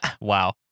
Wow